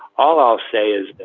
all i'll say is